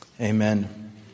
Amen